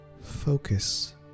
Focus